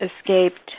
escaped